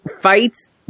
fights